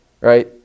right